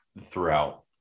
Throughout